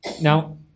Now